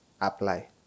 apply